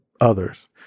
others